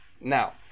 Now